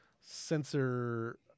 sensor